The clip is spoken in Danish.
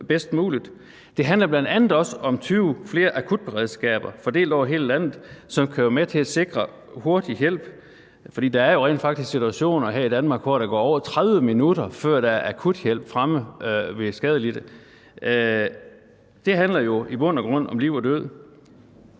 Det handler bl.a. også om 20 flere akutberedskaber fordelt over hele landet, som kan være med til at sikre hurtig hjælp, for der ses rent faktisk eksempler på situationer her i Danmark, hvor der går over 30 minutter, før akuthjælpen når frem til skadelidte. Det handler jo i bund og grund om liv og død.